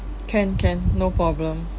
can can no problem